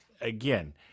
again